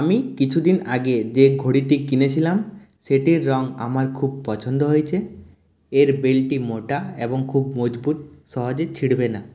আমি কিছুদিন আগে যে ঘড়িটি কিনেছিলাম সেটির রঙ আমার খুব পছন্দ হয়েছে এর বেল্টটি মোটা এবং খুব মজবুত সহজে ছিঁড়বে না